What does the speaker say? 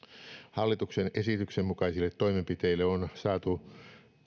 hallituksen esityksen mukaisille toimenpiteille on saatu